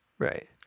Right